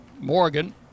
Morgan